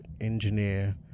engineer